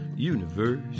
universe